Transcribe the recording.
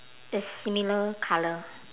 is similar colour